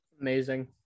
amazing